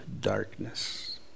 darkness